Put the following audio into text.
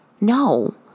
No